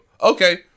Okay